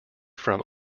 from